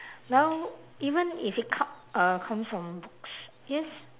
now even if it co~ uh comes from books because